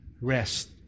rest